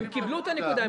הם קיבלו את הנקודה.